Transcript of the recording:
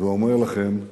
ואומר לכם תודה,